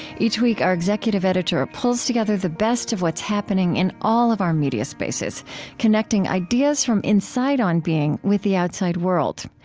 each week our executive editor ah pulls together the best of what's happening in all of our media spaces connecting ideas from inside on being with the outside world.